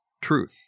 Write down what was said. truth